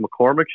McCormick